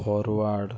forward